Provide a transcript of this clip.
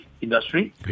industry